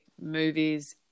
movies